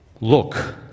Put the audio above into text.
look